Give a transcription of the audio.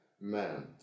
man